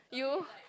you